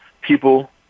people